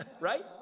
Right